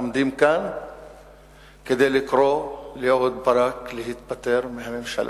עומדים כאן כדי לקרוא לאהוד ברק להתפטר מהממשלה.